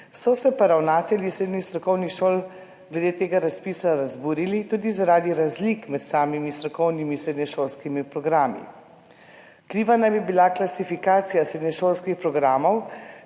so se pa ravnatelji srednjih strokovnih šol glede tega razpisa razburili tudi zaradi razlik med samimi strokovnimi srednješolskimi programi. Kriva naj bi bila klasifikacija srednješolskih programov,